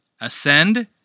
Ascend